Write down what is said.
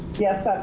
yes, that's